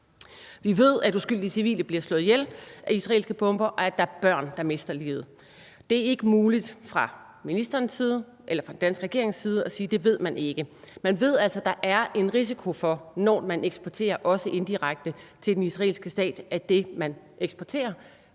Vi ved, at uskyldige civile bliver slået ihjel af israelske bomber, og at der er børn, der mister livet, og det er ikke muligt fra ministerens side eller fra den danske regerings side at sige, at det ved man ikke. Man ved altså, at der, når man eksporterer til den israelske stat, også indirekte, er